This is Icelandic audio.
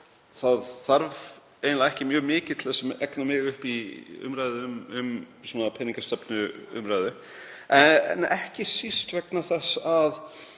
Það þarf eiginlega ekki mjög mikið til að egna mig upp í umræðu um peningastefnu, ekki síst vegna þess að